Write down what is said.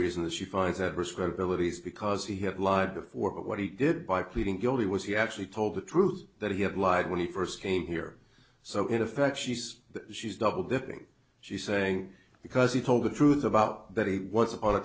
reason that she finds it was credibility is because he had lied before but what he did by pleading guilty was he actually told the truth that he had lied when he first came here so in effect she's she's double dipping she say because he told the truth about that he once upon a